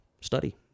study